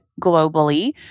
globally